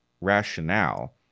rationale